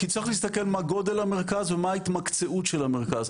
כי צריך להסתכל מה גודל המרכז ומה ההתמקצעות של המרכז.